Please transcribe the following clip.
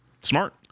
Smart